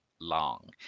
long